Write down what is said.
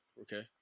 okay